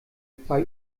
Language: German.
bei